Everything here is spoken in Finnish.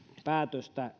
päätöstä